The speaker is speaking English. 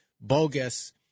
bogus